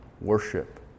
worship